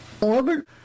Orbit